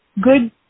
good